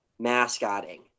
mascotting